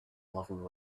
loving